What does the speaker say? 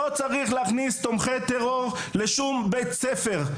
לא צריך להכניס תומכי טרור לשום בית ספר.